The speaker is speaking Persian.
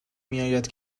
میاید